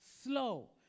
slow